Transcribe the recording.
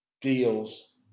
deals